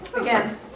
again